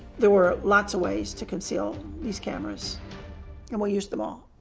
there were lots of ways to conceal these cameras and we used them all.